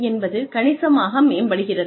என்பது கணிசமாக மேம்படுகிறது